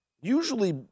usually